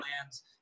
plans